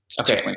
Okay